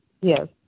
Yes